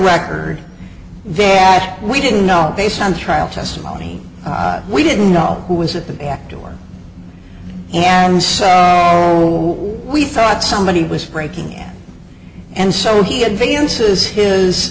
record then we didn't know based on trial testimony we didn't know who was at the back door and said we thought somebody was breaking in and so he advances his